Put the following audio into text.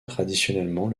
traditionnellement